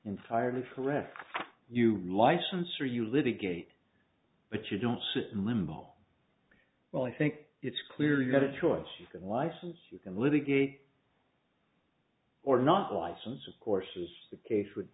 entirely correct you license or you litigate but you don't sit in limbo well i think it's clear you got a choice you can license you can litigate or not license of course is the case would